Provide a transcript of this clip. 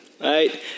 right